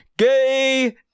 gay